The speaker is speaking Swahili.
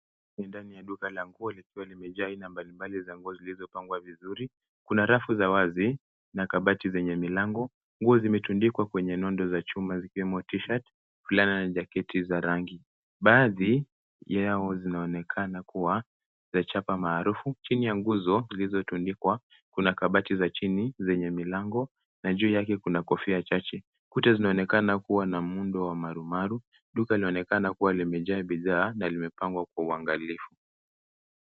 Ni ndani ya duka la nguo likiwa limejaa aina mbalimbali za nguo zilizopangwa vizuri. Kuna rafu za wazi na kabati zenye milango. Nguo zimetundikwa kwenye nondo za chuma zikiwemo t-shirts , fulana na jaketi za rangi. Baadhi yao zinaonekana kuwa za chapa maarufu. Chini ya nguzo lilizotundikwa kuna kabati za chini zenye milango na juu yake kuna kofia chache. Kuta zinaonekana kuwa na muundo wa marumaru. Duka linaonekana kuwa limejaa bidhaa na limepangwa kwa uangalifu.